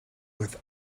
with